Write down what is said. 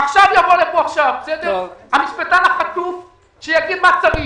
עכשיו יבוא לפה המשפטן החצוף שיגיד מה צריך.